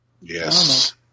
Yes